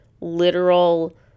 literal